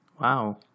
Wow